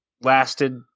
lasted